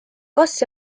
kas